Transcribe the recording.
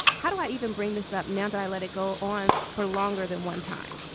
how do i even bring this up now that i let it go on for longer than one time